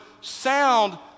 sound